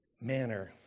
manner